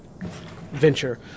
venture